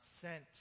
sent